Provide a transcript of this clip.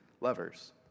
lovers